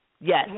Yes